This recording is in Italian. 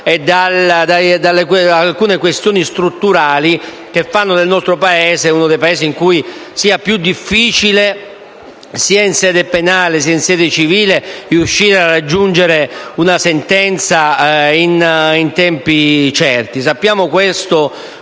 e ad alcune questioni strutturali che fanno sì che il nostro sia uno dei Paesi in cui è più difficile, sia in sede penale che civile, riuscire a raggiungere una sentenza in tempi certi. Sappiamo cosa